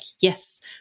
yes